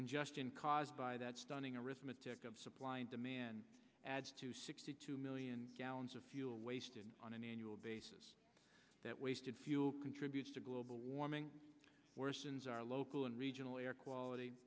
congestion caused by that stunning arithmetic of supply and demand adds to sixty two million gallons of fuel wasted on an annual basis that wasted fuel contributes to global warming worsens our local and regional air quality